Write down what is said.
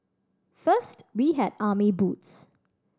first we had army boots